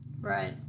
Right